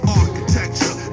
architecture